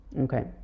Okay